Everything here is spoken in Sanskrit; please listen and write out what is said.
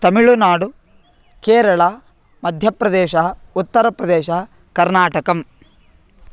तमिळुनाडु केरळ मध्यप्रदेशः उत्तरप्रदेशः कर्नाटकम्